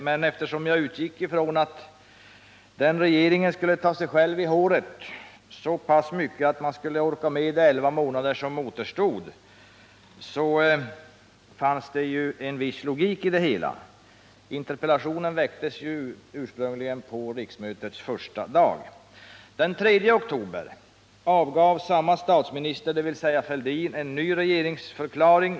Men eftersom jag utgick från att denna regering skulle ta sig i håret så pass mycket att den skulle orka med de 11 månader som återstod till nästa val fanns det en viss logik i det hela. Interpellationen väcktes ursprungligen på riksmötets första dag. Den 3 oktober avgav samme statsminister, dvs. Thorbjörn Fälldin, en ny regeringsförklaring.